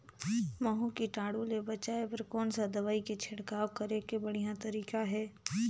महू कीटाणु ले बचाय बर कोन सा दवाई के छिड़काव करे के बढ़िया तरीका हे?